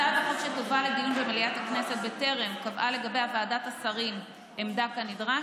הצעת החוק שתובא לדיון בכנסת בטרם קבעה לגביה ועדת השרים עמדה כנדרש,